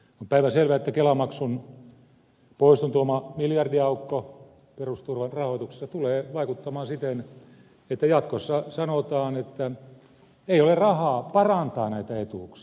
on päivänselvää että kelamaksun poiston tuoma miljardiaukko perusturvan rahoituksessa tulee vaikuttamaan siten että jatkossa sanotaan että ei ole rahaa parantaa näitä etuuksia